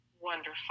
wonderful